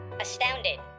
Astounded